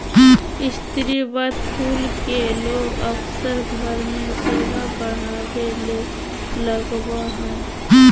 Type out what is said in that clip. स्रीवत फूल के लोग अक्सर घर में सोभा बढ़ावे ले लगबा हइ